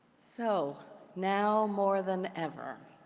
so now more than ever.